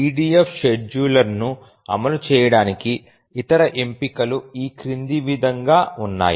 EDF scheduler ను అమలు చేయడానికి ఇతర ఎంపికలు ఈ క్రింది విధంగా ఉన్నాయి